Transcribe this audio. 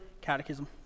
Catechism